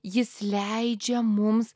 jis leidžia mums